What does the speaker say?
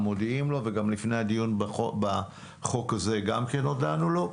מודיעים לו וגם לפני הדיון בחוק הזה הודענו לו.